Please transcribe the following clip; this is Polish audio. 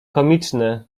komiczne